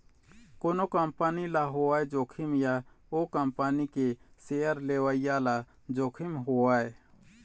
कोनो कंपनी ल होवय जोखिम या ओ कंपनी के सेयर लेवइया ल जोखिम होवय